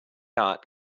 art